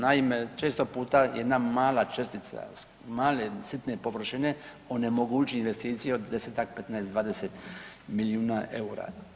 Naime, često puta jedna mala čestica, male sitne površine onemogući investicije od 10, 15, 20 milijuna eura.